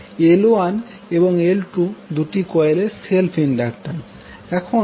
L1এবং L2 দুটি কোয়েলের self inductance